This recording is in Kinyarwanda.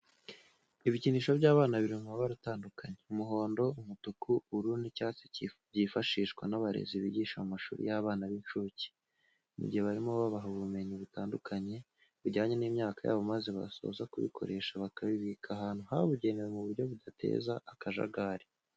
Ibikinisho by'abana biri mu mabara atandukanye umuhondo, umutuku, ubururu n'icyatsi byifashishwa n'abarezi bigisha mu mashuri y'abana b'incuke, mu gihe barimo babaha ubumenyi butanduhanye bujyanye n'imyaka yabo maze basoza kubikoresha bakabibika ahantu habugenewe ku buryo bidateza akajagari.